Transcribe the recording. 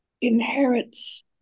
inherits